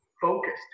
focused